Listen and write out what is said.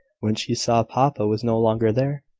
when she saw papa was no longer there.